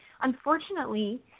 Unfortunately